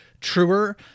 truer